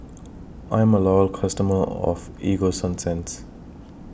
I'm A Loyal customer of Ego Sunsense